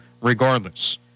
regardless